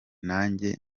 nanjye